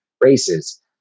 races